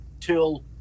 till